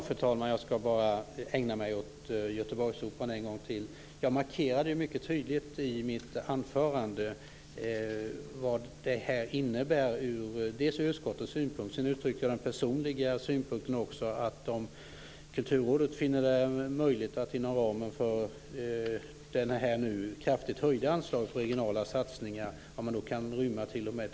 Fru talman! Jag ska ta upp frågan om Göteborgsoperan en gång till. Jag markerade mycket tydlig i mitt anförande vad det innebär ur utskottets synpunkt. Sedan uttryckte jag min personliga synpunkt och sade att jag inte har någonting emot det om Kulturrådet finner det möjligt inom ramen för det kraftigt höjda anslaget för regionala satsningar.